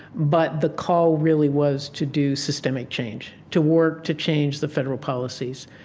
but the call really was to do systemic change. to work to change the federal policies.